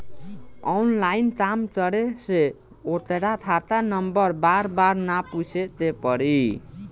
online काम करे से ओकर खाता नंबर बार बार ना पूछे के पड़ी